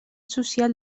social